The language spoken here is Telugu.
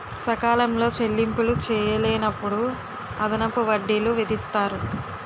సకాలంలో చెల్లింపులు చేయలేనప్పుడు అదనపు వడ్డీలు విధిస్తారు